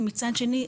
ומצד שני,